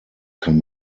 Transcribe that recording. kann